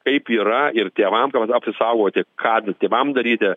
kaip yra ir tėvam kad apsisaugoti ką tėvam daryti